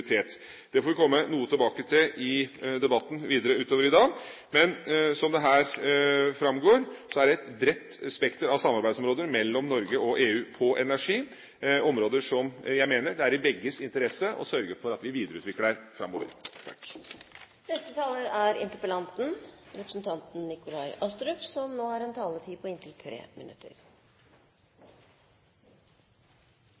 prioritert. Det får vi komme noe tilbake til i den videre debatten i dag. Men som det framgår her, er det et bredt spekter av samarbeidsområder mellom Norge og EU på energi, områder som jeg mener det er i begges interesse å sørge for at vi videreutvikler framover.